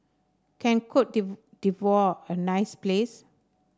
can Cote d'Ivoire a nice place